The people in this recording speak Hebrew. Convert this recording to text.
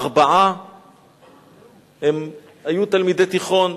ארבעה היו תלמידי תיכון,